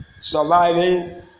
surviving